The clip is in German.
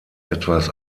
etwas